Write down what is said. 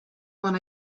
when